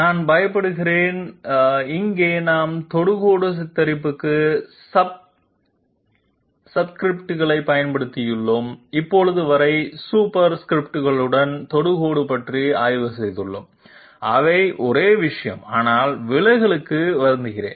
நான் பயப்படுகிறேன் இங்கே நாம் தொடுகோடு சித்தரிப்புக்கு சப்ஸ்கிரிப்ட்களைப் பயன்படுத்தியுள்ளோம் இப்போது வரை சூப்பர்ஸ்கிரிப்டுகளுடன் தொடுகோடு பற்றி ஆய்வு செய்துள்ளோம் அவை ஒரே விஷயம் ஆனால் விலகலுக்கு வருந்துகிறேன்